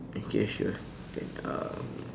okay sure then um